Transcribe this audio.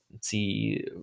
see